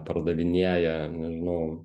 pardavinėja nežinau